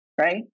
right